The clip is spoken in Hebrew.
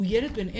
זה ילד בן 10,